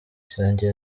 cyanjye